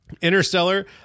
Interstellar